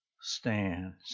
stands